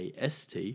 AST